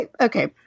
Okay